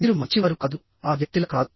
మీరు మంచివారు కాదు ఆ వ్యక్తిలా కాదు